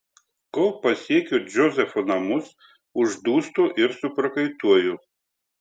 kol pasiekiu džozefo namus uždūstu ir suprakaituoju